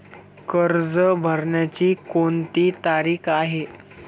कर्ज भरण्याची कोणती तारीख आहे?